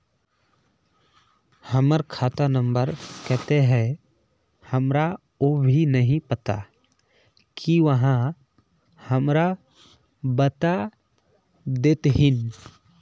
हमर खाता नम्बर केते है हमरा वो भी नहीं पता की आहाँ हमरा बता देतहिन?